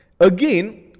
again